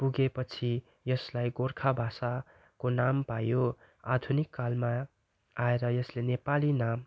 पुगेपछि यसलाई गोर्खा भाषाको नाम पायो आधुनिक कालमा आएर यसले नेपाली नाम